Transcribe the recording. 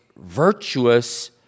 virtuous